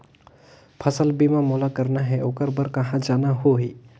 फसल बीमा मोला करना हे ओकर बार कहा जाना होही?